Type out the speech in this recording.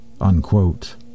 Unquote